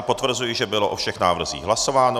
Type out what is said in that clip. Potvrzuji, že bylo o všech návrzích hlasováno.